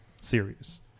series